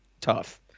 tough